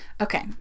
Okay